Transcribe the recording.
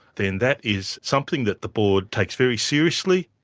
then that is something that the board takes very seriously.